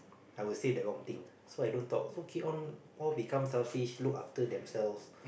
I will say the wrong thing so I don't talk so keep on all become selfish look after themselves